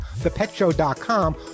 thepetshow.com